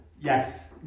Yes